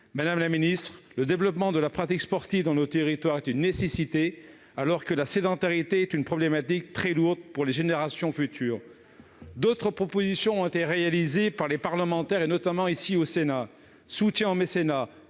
Madame la ministre, le développement de la pratique sportive dans nos territoires est une nécessité, alors que la sédentarité est une problématique très lourde pour les générations futures. D'autres propositions ont été formulées par les parlementaires, notamment ici au Sénat : soutien au mécénat,